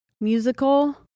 musical